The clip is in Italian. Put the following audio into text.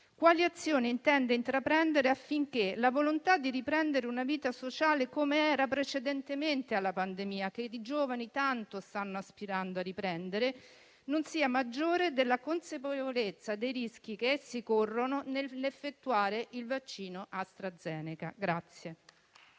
quali azioni intenda intraprendere affinché la volontà di riprendere una vita sociale come era prima della pandemia, che i giovani aspirano tanto a riprendere, non sia maggiore della consapevolezza dei rischi che si corrono nell'effettuare il vaccino AstraZeneca.